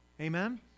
Amen